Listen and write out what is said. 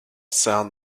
sound